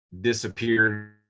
disappeared